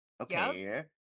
Okay